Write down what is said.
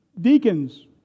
deacons